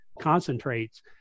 concentrates